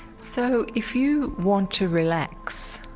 so if you want to relax,